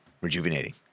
rejuvenating